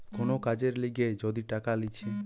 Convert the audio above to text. কোন কাজের লিগে যদি টাকা লিছে